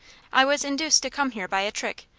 i was induced to come here by a trick.